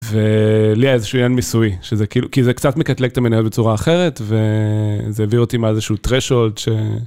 ולי היה איזשהו עניין מיסוי, שזה כאילו, כי זה קצת מקטלג את המנהל בצורה אחרת, וזה הביא אותי מאיזשהו trashhold ש...